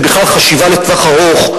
ובכלל, חשיבה לטווח ארוך,